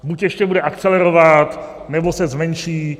Buď ještě bude akcelerovat, nebo se zmenší.